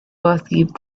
perceived